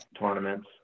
tournaments